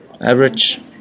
average